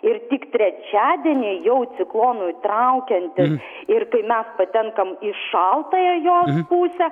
ir tik trečiadienį jau ciklonui traukiantis ir kai mes patenkam į šaltąją jo pusę